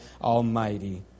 Almighty